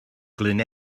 glyn